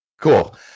Cool